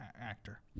actor